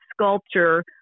sculpture